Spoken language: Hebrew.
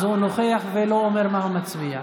אז הוא נוכח ולא אומר מה הוא מצביע.